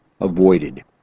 avoided